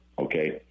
okay